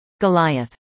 Goliath